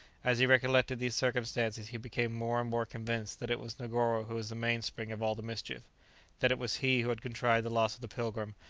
as he recollected these circumstances he became more and more convinced that it was negoro who was the mainspring of all the mischief that it was he who had contrived the loss of the pilgrim,